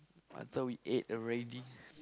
I thought we ate already